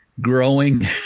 growing